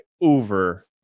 over